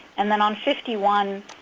and then on fifty one,